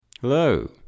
Hello